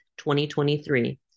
2023